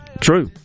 True